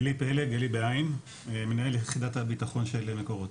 עלי פלג, עלי ב-ע', מנהל יחידת הבטחון של מקורות.